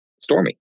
stormy